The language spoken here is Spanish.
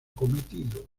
cometido